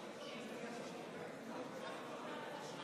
תודה רבה, אדוני היושב-ראש.